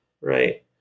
right